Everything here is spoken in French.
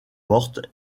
mortes